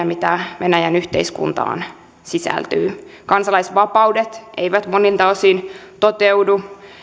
mitä venäjän yhteiskuntaan sisältyy kansalaisvapaudet eivät monilta osin toteudu